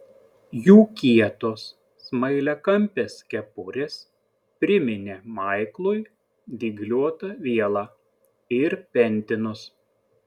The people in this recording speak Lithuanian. jų kietos smailiakampės kepurės priminė maiklui dygliuotą vielą ir pentinus